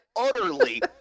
utterly